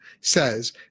says